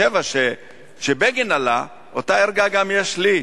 1977 כשבגין עלה, ואותה ערגה יש גם לי.